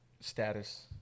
status